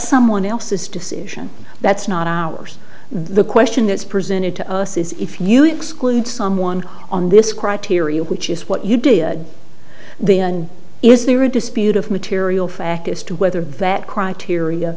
someone else's decision that's not ours the question that's presented to us is if you exclude someone on this criteria which is what you did the and is there a dispute of material fact as to whether that criteria